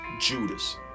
Judas